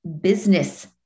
business